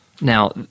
Now